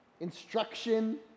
Instruction